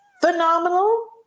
phenomenal